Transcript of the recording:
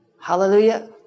Hallelujah